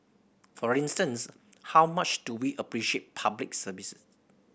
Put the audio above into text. for instance how much do we appreciate Public Service